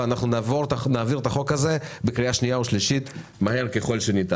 ונעביר את החוק הזה בקריאה שנייה ושלישית מהר ככל הניתן.